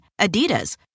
Adidas